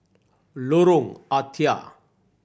Lorong Ah Thia